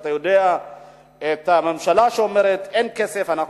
אתה יודע שהממשלה אומרת: אין כסף ואנחנו